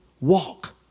Walk